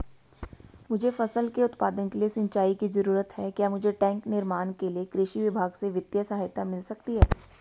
मुझे फसल के उत्पादन के लिए सिंचाई की जरूरत है क्या मुझे टैंक निर्माण के लिए कृषि विभाग से वित्तीय सहायता मिल सकती है?